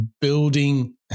building